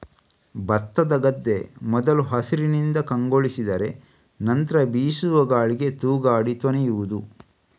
ಭತ್ತದ ಗದ್ದೆ ಮೊದಲು ಹಸಿರಿನಿಂದ ಕಂಗೊಳಿಸಿದರೆ ನಂತ್ರ ಬೀಸುವ ಗಾಳಿಗೆ ತೂಗಾಡಿ ತೊನೆಯುವುದು